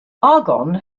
argonne